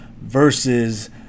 versus